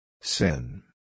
Sin